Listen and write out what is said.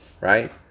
right